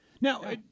Now